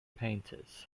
painters